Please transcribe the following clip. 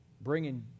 bringing